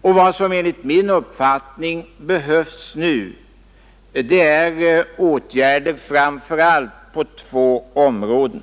och vad som enligt min uppfattning behövs nu är åtgärder på framför allt två områden.